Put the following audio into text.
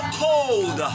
cold